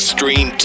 Stream